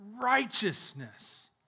righteousness